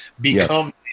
become